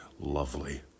lovely